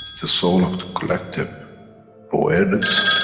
the soul of the collective awareness,